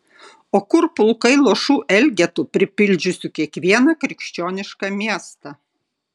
o kur pulkai luošų elgetų pripildžiusių kiekvieną krikščionišką miestą